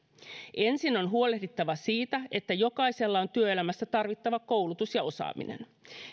ensin on huolehdittava siitä että jokaisella on työelämässä tarvittava koulutus ja osaaminen